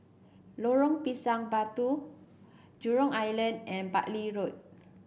Lorong Pisang Batu Jurong Island and Bartley Road